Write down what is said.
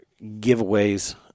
giveaways